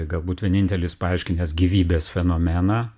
galbūt vienintelis paaiškinęs gyvybės fenomeną